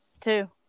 two